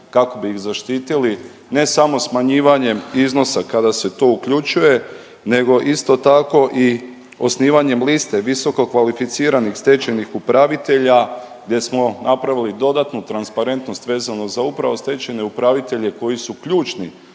kako bi ih zaštitili ne samo smanjivanjem iznosa kada se to uključuje nego isto tako i osnivanjem liste visoko kvalificiranih stečajnih upravitelja gdje smo napravili dodatnu transparentnost vezanu za upravo stečajne upravitelje koji su ključni